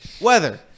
Weather